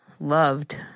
Loved